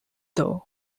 though